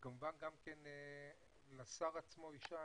וכמובן גם כן לשר עצמו ישי,